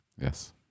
Yes